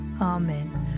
Amen